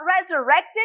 resurrected